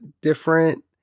different